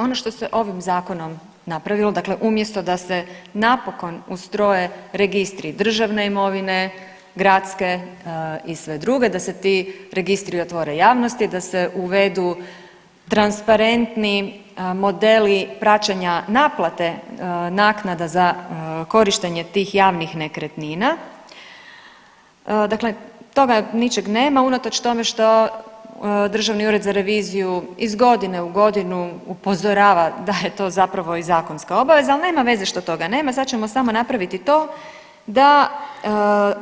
Ono što se ovim Zakonom napravilo, dakle umjesto da se napokon ustroje registri državne imovine, gradske i sve druge, da se ti registri otvore javnosti, da se uvedu transparentni modeli praćenja naplate naknade za korištenje tih javnih nekretnina, dakle toga ničeg nema unatoč tome što Državni ured za reviziju iz godine u godinu upozorava da je to zapravo i zakonska obveza, ali nema veze što toga nema, sad ćemo samo napraviti to da